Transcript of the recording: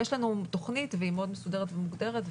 יש לנו תכנית והיא מאוד מסודרת ומוסדרת.